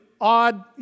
odd